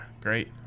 Great